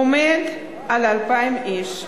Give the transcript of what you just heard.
עומד על 2,000 איש,